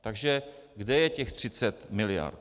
Takže kde je těch 30 mld.?